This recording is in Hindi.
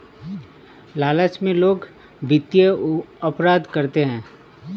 लालच में लोग वित्तीय अपराध करते हैं